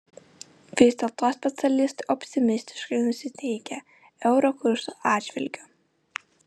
vis dėlto specialistai optimistiškai nusiteikę euro kurso atžvilgiu